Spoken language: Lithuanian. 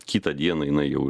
kitą dieną jinai jau